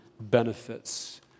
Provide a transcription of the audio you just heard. benefits